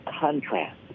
contrast